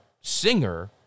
singer